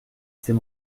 c’est